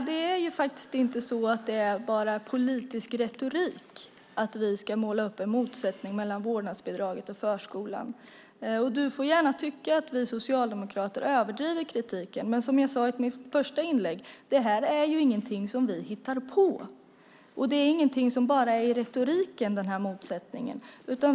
Herr talman! Det är inte bara politisk retorik att vi ska måla upp en motsättning mellan vårdnadsbidraget och förskolan. Du får gärna tycka att vi socialdemokrater överdriver kritiken, Jan Björklund, men som jag sade i mitt första inlägg är det här inget som vi hittar på. Den motsättningen är inte bara i retoriken.